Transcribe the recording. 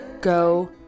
go